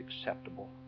acceptable